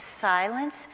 silence